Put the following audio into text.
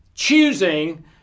choosing